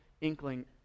inkling